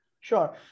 Sure